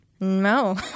No